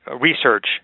research